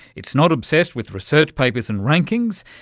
it's not obsessed with research papers and rankings,